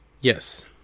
Yes